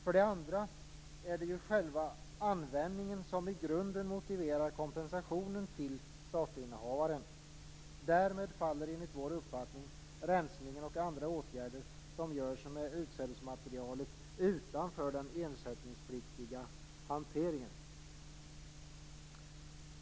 För det andra är det själva användningen som i grunden motiverar kompensationen till sortinnehavaren. Därmed faller enligt vår uppfattning rensningen och andra åtgärder som vidtas med utsädesmaterialet utanför den ersättningspliktiga hanteringen.